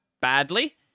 badly